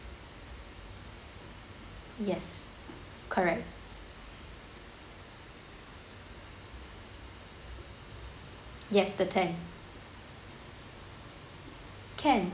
yes correct yes the tenth can